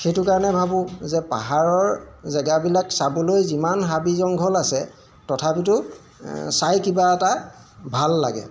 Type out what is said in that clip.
সেইটো কাৰণে ভাবোঁ যে পাহাৰৰ জেগাবিলাক চাবলৈ যিমান হাবি জংঘল আছে তথাপিতো চাই কিবা এটা ভাল লাগে